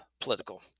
political